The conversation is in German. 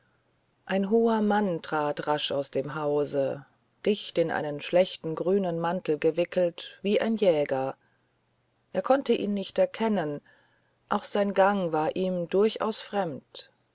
ein hoher mann trat rasch aus dem hause dicht in einen schlechten grünen mantel gewickelt wie ein jäger er konnte ihn nicht erkennen auch sein gang war ihm durchaus fremd